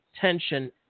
Tension